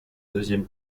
deuxième